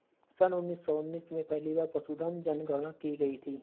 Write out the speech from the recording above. सन उन्नीस सौ उन्नीस में पहली बार पशुधन जनगणना की गई थी